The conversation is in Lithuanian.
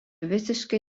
visiškai